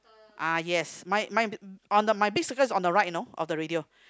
ah yes mine mine on the my big circle is on the right you know of the radio